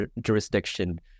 jurisdiction